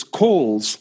calls